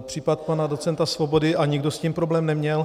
případ pana docenta Svobody, a nikdo s tím problém neměl.